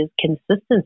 consistency